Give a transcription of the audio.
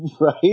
Right